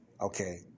Okay